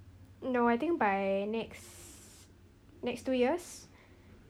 no I think by next next two years